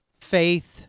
faith